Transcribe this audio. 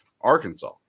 Arkansas